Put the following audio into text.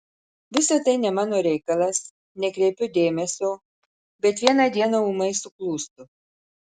visa tai ne mano reikalas nekreipiu dėmesio bet vieną dieną ūmai suklūstu